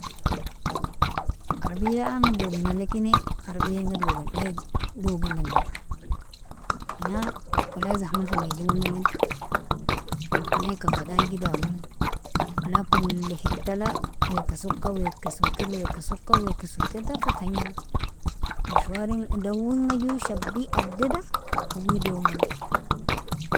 Arabia ama doginan lakini arabiainga wagin dogin gena mina, wala zahmal famenjimonamin wala ika fadaigidamo wala kulo hitala weka soka weka sokir weka soka weka sokintan fa tajnimo mshwaringa dawoinga jo shabi adida hawidonami.